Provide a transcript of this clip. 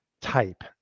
type